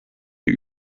die